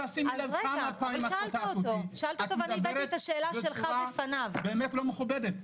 את מדברת בצורה לא מכובדת.